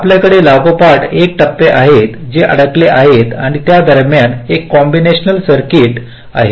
तर आपल्याकडे लागोपाठ एक टप्पे आहेत जे अडकले आहेत आणि त्या दरम्यान एक कॉम्बिनेशनल सर्किट आहे